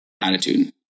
attitude